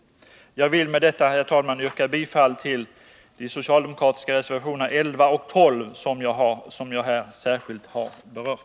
Jag vill med detta, herr talman, yrka bifall till de socialdemokratiska reservationerna 11 och 12, som jag här särskilt har berört.